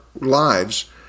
lives